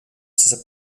ses